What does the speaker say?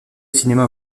cinéma